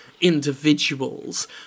individuals